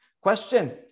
Question